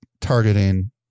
targeting